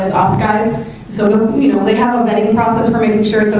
guys so they have a vetting process for making sure